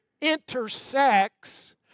intersects